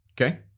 Okay